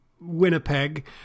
Winnipeg